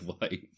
life